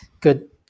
good